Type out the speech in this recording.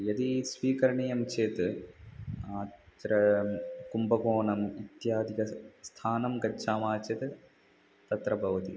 यदि स्वीकरणीयं चेत् अत्र कुम्भकोणम् इत्यादिकं स्थानं गच्छामः चेत् तत्र भवति